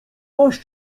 masz